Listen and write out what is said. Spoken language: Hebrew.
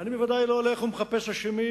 אני ודאי לא הולך ומחפש אשמים.